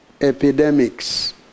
epidemics